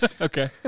okay